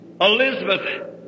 Elizabeth